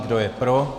Kdo je pro?